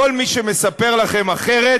כל מי שמספר לכם אחרת,